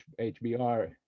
HBR